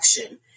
action